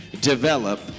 develop